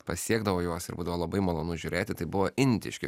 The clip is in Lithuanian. pasiekdavo juos ir būdavo labai malonu žiūrėti tai buvo indiški